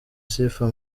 sifa